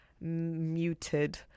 muted